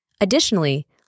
Additionally